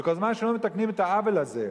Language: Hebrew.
וכל זמן שלא מתקנים את העוול הזה,